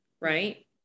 right